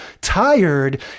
tired